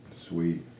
sweet